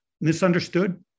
misunderstood